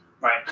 Right